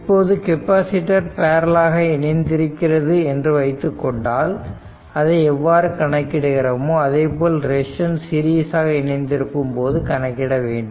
இப்போது capacitor parallel ஆக இணைந்திருக்கிறது என்று வைத்துக்கொண்டால் அதை எவ்வாறு கணக்கிடுகிறோமோ அதேபோல்தான் ரெசிஸ்டன்ஸ் சீரிஸாக இணைந்திருக்கும் போது கணக்கிட வேண்டும்